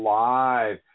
live